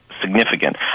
significant